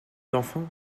d’enfants